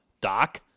doc